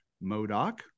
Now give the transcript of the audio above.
Modoc